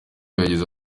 yagize